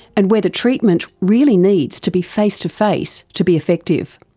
and whether treatment really needs to be face-to-face to be effective.